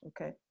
Okay